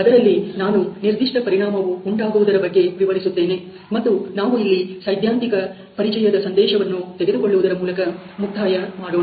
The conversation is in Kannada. ಅದರಲ್ಲಿ ನಾನು ನಿರ್ದಿಷ್ಟ ಪರಿಣಾಮವು ಉಂಟಾಗುವುದರ ಬಗ್ಗೆ ವಿವರಿಸುತ್ತೇನೆ ಮತ್ತು ನಾವು ಇಲ್ಲಿ ಸೈದ್ಧಾಂತಿಕ ಪರಿಚಯದ ಸಂದೇಶವನ್ನು ತೆಗೆದುಕೊಳ್ಳುವುದರ ಮೂಲಕ ಮುಕ್ತಾಯ ಮಾಡೋಣ